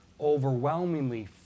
overwhelmingly